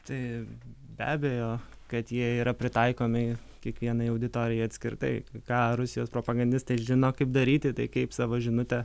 tai be abejo kad jie yra pritaikomi kiekvienai auditorijai atskirtai ką rusijos propagandistai žino kaip daryti tai kaip savo žinutę